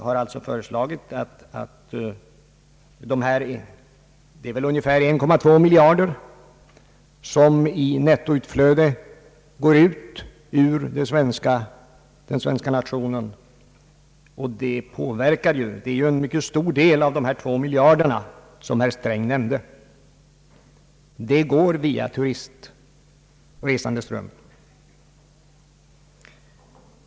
Det är omkring 1,2 miljarder kronor som i nettoutflöde går ut ur den svenska nationen, och det är en mycket stor del av de 2 miljarder som herr Sträng nämnde. De pengarna försvinner via turistresandeströmmen.